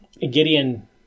Gideon